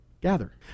Gather